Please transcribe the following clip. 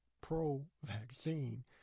pro-vaccine